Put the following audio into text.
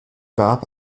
gab